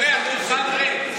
תראה, השולחן ריק.